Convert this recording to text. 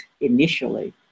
initially